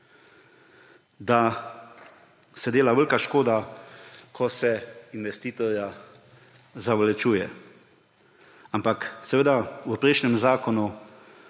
da se dela velika koda, ko se investitorja zavlačuje. Ampak v prejšnjem zakonu